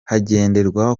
hagenderwa